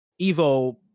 Evo